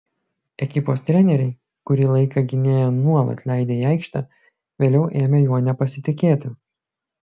ekipos treneriai kurį laiką gynėją nuolat leidę į aikštę vėliau ėmė juo nepasitikėti